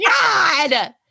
god